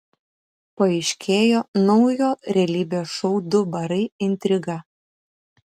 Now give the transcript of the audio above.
paaiškėjo naujo realybės šou du barai intriga